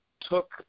took